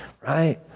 right